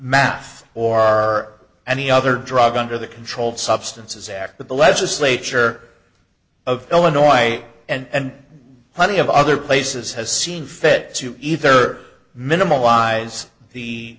math or any other drug under the controlled substances act that the legislature of illinois and plenty of other places has seen fit to either minimalize the